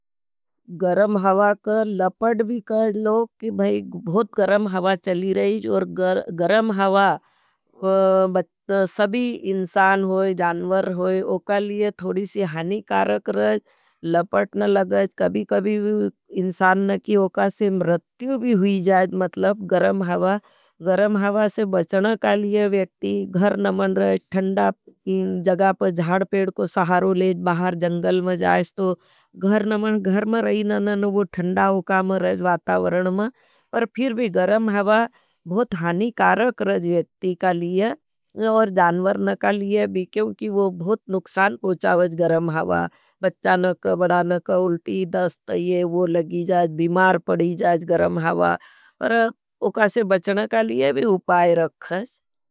गरम हावा का लपड भी कर लो कि बहुत गरम हावा चली रहेज और गरम हावा सबी इंसान होई। जानवर होई उका लिए थोड़ी सी हानी कारक रहेज लपड न लगेज कभी कभी इंसान न की उका से मृत्यु भी हुई जाएज। मतलब गरम हावा, गरम हावा से बचना का लिए व्यक्ति घर न मन रहेज। थंदा जगाप जाड़ पेड को सहारो लेज बाहर जंगल में जाएज तो घर न मन घर में रही। न न न वो थंदा उका में रहेज वातावरण में पर फिर भी गरम हावा बहुत हानी कारक रज। व्यक्ति का लिए और जानवर न का लिए भी क्योंकि वो बहुत नुक्सान पोचावज गरम हावा बच्चा न का बड़ा न का उल्टी दस्ट ये वो लगीजाज। बिमार पडीजाज गरम हावा पर उकासे बचना का लिए भी हुपाई रखें।